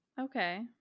Okay